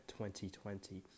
2020